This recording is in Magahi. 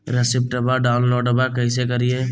रेसिप्टबा डाउनलोडबा कैसे करिए?